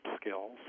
skills